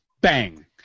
Bang